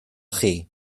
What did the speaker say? chi